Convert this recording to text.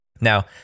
Now